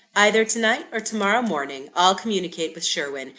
either to-night or to-morrow morning, i'll communicate with sherwin,